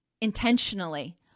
intentionally